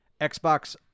Xbox